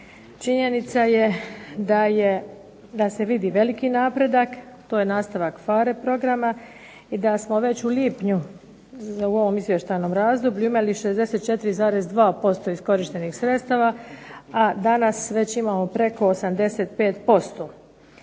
činjenica je da se vidi veliki napredak. To je nastavak PHARE programa i da smo već u lipnju u ovom izvještajnom razdoblju imali 64,2% iskorištenih sredstava, a danas imamo već preko 85%.